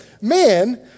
Man